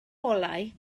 olau